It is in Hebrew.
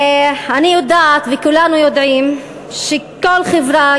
אני יודעת וכולנו יודעים שכל חברה,